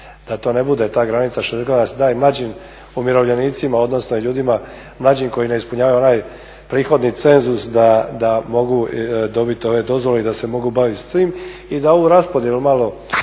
da to ne bude ta granica 60 godina, da se daje mlađim umirovljenicima, odnosno ljudima mlađim koji ne ispunjavaju onaj prihodni cenzus da mogu dobit ove dozvole i da se mogu bavit s tim i da ovu raspodjelu malo